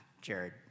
Jared